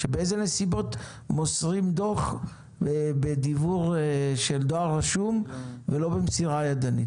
שבאיזה נסיבות מוסרים דוח בדיוור של דואר רשום ולא במסירה ידנית.